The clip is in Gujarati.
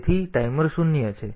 તેથી ટાઈમર શૂન્ય છે